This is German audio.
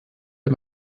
der